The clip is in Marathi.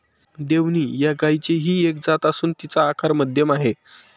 देवणी या गायचीही एक जात असून तिचा आकार मध्यम आहे